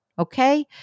Okay